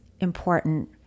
important